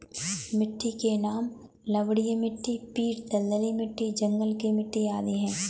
मिट्टी के नाम लवणीय मिट्टी, पीट दलदली मिट्टी, जंगल की मिट्टी आदि है